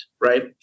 right